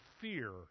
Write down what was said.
fear